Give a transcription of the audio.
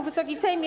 Wysoki Sejmie!